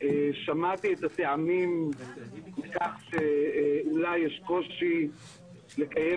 שמעתי את הטעמים לכך שאולי יש קושי לקיים